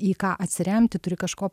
į ką atsiremti turi kažko